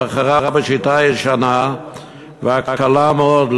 היא בחרה בשיטה הישנה והקלה מאוד,